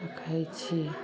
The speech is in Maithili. कहै छी